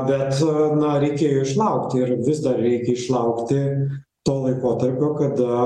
bet na reikėjo išlaukti ir vis dar reikia išlaukti to laikotarpio kada